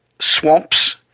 swamps